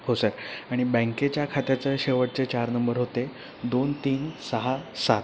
हो सर आणि बँकेच्या खात्याचं शेवटचे चार नंबर होते दोन तीन सहा सात